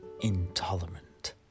Intolerant